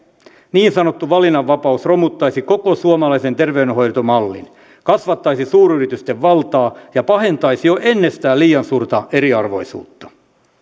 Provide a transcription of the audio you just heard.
niin sanottu valinnanvapaus romuttaisi koko suomalaisen terveydenhoitomallin kasvattaisi suuryritysten valtaa ja pahentaisi jo ennestään liian suurta eriarvoisuutta